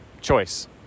Choice